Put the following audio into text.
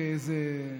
כאיזה,